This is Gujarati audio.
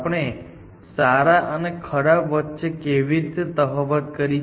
અલબત્ત તે સારી ગોઠવણી નથી| તો આપણે સારા અને ખરાબ વચ્ચે કેવી રીતે તફાવત કરી શકીએ